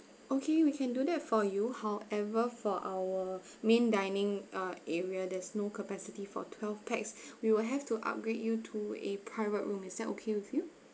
okay we can do that for you however for our main dining uh area there's no capacity for twelve pax we will have to upgrade you to a private room is that okay with you